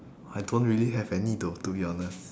I don't really have any though to be honest